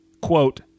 quote